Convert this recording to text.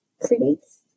creates